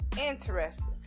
interesting